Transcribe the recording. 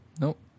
Nope